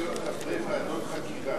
ועדות חקירה?